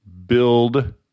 build